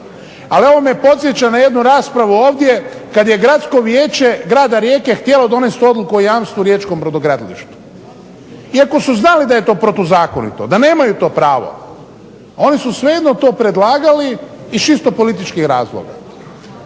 Ali ovo me podsjeća na jednu raspravu ovdje kad je gradsko vijeće Grada Rijeke htjelo donest odluku o jamstvu riječkom brodogradilištu iako su znali da je to protuzakonito da nemaju to pravo. Oni su svejedno to predlagali iz čisto političkih razloga.